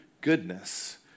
goodness